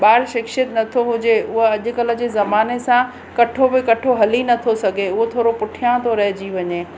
ॿार शिक्षित नथो हुजे उहा अॼुकल्ह जे ज़माने सां कठो बि कठो हली नथो सघे उहो थोरो पुठियां तो रहिजी वञे